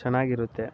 ಚೆನ್ನಾಗಿರುತ್ತೆ